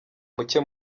mucye